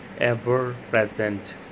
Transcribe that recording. ever-present